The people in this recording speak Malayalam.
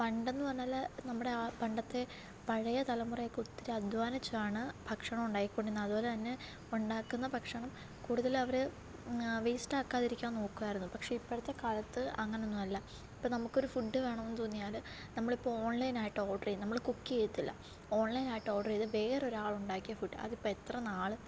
പണ്ടെന്ന് പറഞ്ഞാൽ നമ്മുടെ ആ പണ്ടത്തെ പഴയ തലമുറയൊക്കെ ഒത്തിരി അധ്വാനിച്ചാണ് ഭക്ഷണം ഉണ്ടാക്കി കൊണ്ടിരുന്നത് അതുപോലെ തന്നെ ഉണ്ടാക്കുന്ന ഭക്ഷണം കൂടുതൽ അവർ വേസ്റ്റ് ആകാതെ ഇരിക്കാൻ നോക്കുവായിരുന്നു പക്ഷേ ഇപ്പോഴത്തെ കാലത്ത് അങ്ങനൊന്നുവല്ല ഇപ്പോൾ നമുക്കൊരു ഫുഡ് വേണമെന്ന് തോന്നിയാൽ നമ്മളിപ്പോൾ ഓൺലൈനായിട്ട് ഓർഡർ ചെയ്യും നമ്മൾ കുക്ക് ചെയ്യത്തില്ല ഓൺലൈനായിട്ട് ഓർഡർ ചെയ്ത് വേറൊരാളുണ്ടാക്കിയ ഫുഡ് അതിപ്പോൾ എത്ര നാൾ